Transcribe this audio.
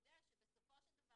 לוודא שבסופו של דבר